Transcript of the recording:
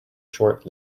short